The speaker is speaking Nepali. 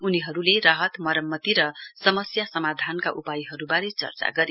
उनीहरूले राहत मरम्मति र समस्या समाधानका उपायहरूबारे चर्चा गरे